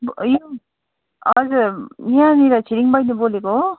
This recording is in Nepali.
यो हजुर यहाँनिर चाहिँ मैले बोलेको हो